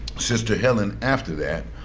sister helen after that.